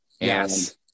yes